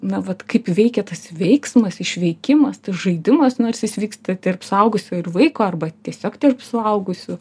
na vat kaip veikia tas veiksmas išveikimas tas žaidimas nors jis vyksta terp suaugusio ir vaiko arba tiesiog terp suaugusių